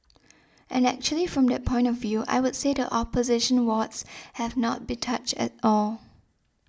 and actually from that point of view I would say the opposition wards have not been touched at all